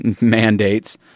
mandates